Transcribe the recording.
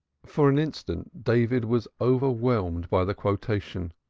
for an instant david was overwhelmed by the quotation,